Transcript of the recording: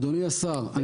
אדוני השר,